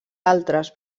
altres